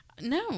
No